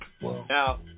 Now